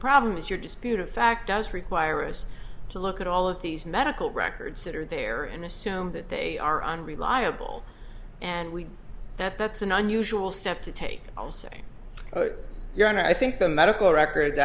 problem is your dispute of fact does require us to look at all of these medical records that are there and assume that they are unreliable and we that that's an unusual step to take i'll say your honor i think the medical records